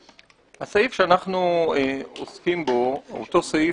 הסעיף שאנחנו עוסקים בו הוא אותו סעיף